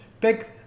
pick